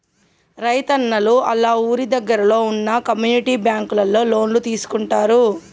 రైతున్నలు ఆళ్ళ ఊరి దగ్గరలో వున్న కమ్యూనిటీ బ్యాంకులలో లోన్లు తీసుకుంటారు